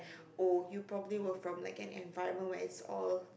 oh you probably work from like an environment where it's all